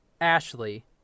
Ashley